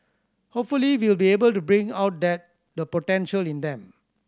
hopefully we will be able to bring out the potential in them